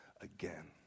again